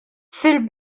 fil